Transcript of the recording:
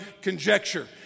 conjecture